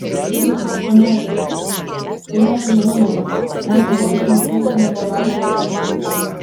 jis brakonierius tai mes jau žinome mano žodžiai makenziui nepadarė jokio įspūdžio